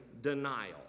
denial